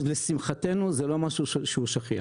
לשמחתנו זה לא משהו שהוא שכיח.